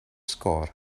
sgôr